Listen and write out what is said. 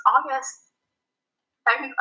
August